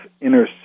inner